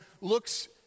looks